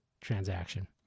transaction